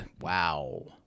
Wow